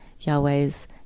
Yahweh's